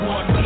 One